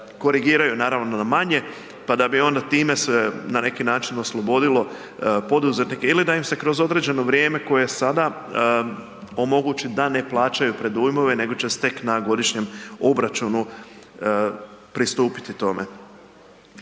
korigiraju naravno na manje pa da bi onda time se na neki način oslobodilo poduzetnike ili da im se kroz određeno vrijeme koje je sada omogući da ne plaćaju predujmove nego će se tek na godišnjem obračunu pristupiti tome.